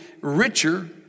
richer